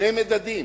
שני מדדים,